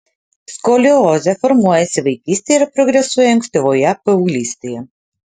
skoliozė formuojasi vaikystėje ir progresuoja ankstyvoje paauglystėje